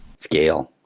scale.